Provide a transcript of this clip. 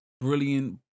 brilliant